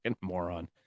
Moron